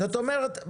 זאת אומרת,